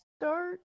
start